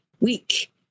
week